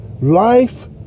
Life